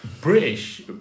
British